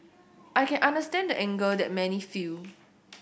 I can understand the anger that many feel